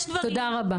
תודה רבה.